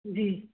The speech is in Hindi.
जी